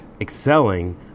excelling